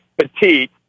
Petite